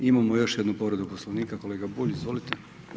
Imamo još jednu povredu Poslovnika, kolega Bulj, izvolite.